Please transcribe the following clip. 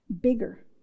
bigger